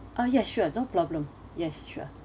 uh yes sure no problem yes sure